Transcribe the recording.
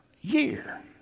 year